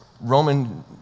Roman